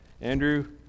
Andrew